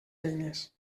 eines